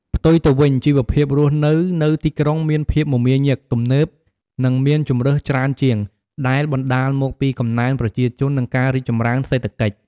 ផ្ទុយទៅវិញ ជីវភាពរស់នៅ នៅទីក្រុងមានភាពមមាញឹក ទំនើប និងមានជម្រើសច្រើនជាង ដែលបណ្ដាលមកពីកំណើនប្រជាជន និងការរីកចម្រើនសេដ្ឋកិច្ច។